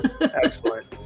Excellent